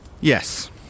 Yes